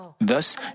Thus